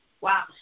Wow